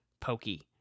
pokey